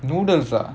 noodles ah